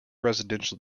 residential